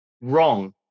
Wrong